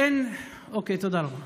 אין, אוקיי, תודה רבה.